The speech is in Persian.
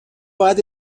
باید